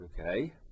okay